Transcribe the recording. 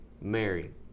Mary